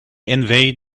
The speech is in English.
invade